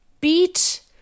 beat